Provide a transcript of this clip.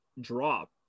drop